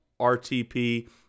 RTP